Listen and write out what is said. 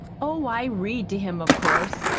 oh, i read to him, of course.